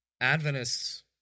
adventists